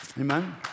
Amen